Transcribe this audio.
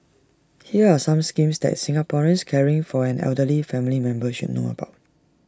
here are some schemes that Singaporeans caring for an elderly family member should know about